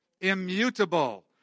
Immutable